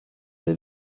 der